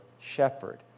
shepherd